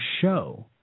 show